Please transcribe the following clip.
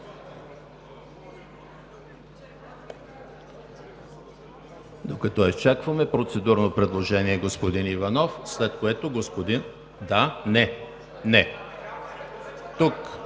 Докато изчакваме – процедурно предложение господин Иванов, след което господин… (Реплики